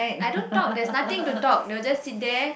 I don't talk there's nothing to talk they will just sit there